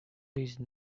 these